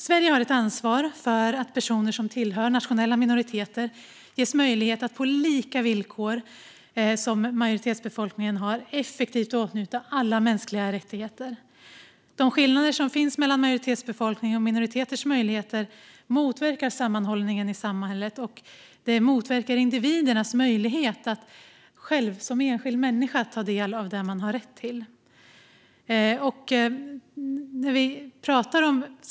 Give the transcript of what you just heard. Sverige har ett ansvar för att personer som tillhör nationella minoriteter ges möjlighet att på lika villkor som majoritetsbefolkningen har effektivt åtnjuta alla mänskliga rättigheter. De skillnader som finns mellan majoritetsbefolkningens och minoriteternas möjligheter motverkar både sammanhållningen i samhället och individens möjlighet att som enskild människa ta del av det man har rätt till.